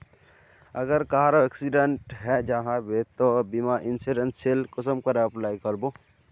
अगर कहारो एक्सीडेंट है जाहा बे तो बीमा इंश्योरेंस सेल कुंसम करे अप्लाई कर बो?